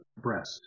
breast